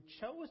chose